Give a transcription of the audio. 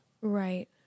right